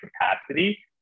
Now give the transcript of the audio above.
capacity